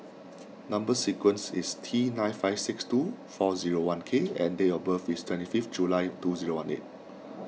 Number Sequence is T nine five six two four zero one K and date of birth is twenty fifth July two zero one eight